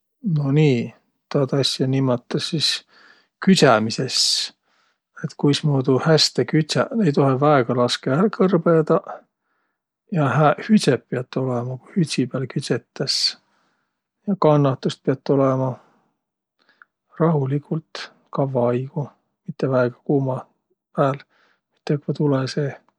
No nii, taad asja nimmatas sis küdsämises. Et kuismuudu häste kütsäq? Ei toheq väega laskõq ärq kõrbõdaq ja hääq hüdseq piät olõma, ku hütsi pääl küdsetäs. Ja kannahtust piät olõma. Rahuligult, kavva aigo, mitte väega kuuma pääl, mitte õkva tulõ seeh.